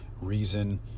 reason